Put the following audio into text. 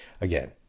again